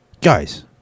Guys